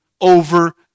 over